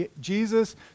Jesus